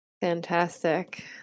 fantastic